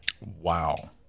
Wow